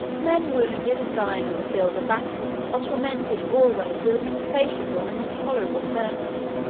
men wounded and dying on the field of battle are tormented always with an insatiable and intolerable thirst,